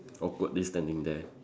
awkwardly standing there